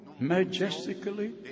majestically